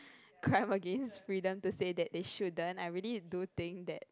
crime against freedom to say that they shouldn't I really do think that